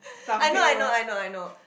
I know I know I know I know